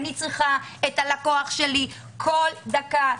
כי מדובר בשיטה אדברסרית ואני צריכה את הלקוח שלי כל דקה,